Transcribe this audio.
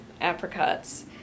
apricots